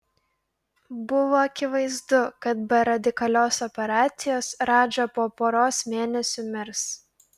buvo akivaizdu kad be radikalios operacijos radža po poros mėnesių mirs